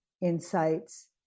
insights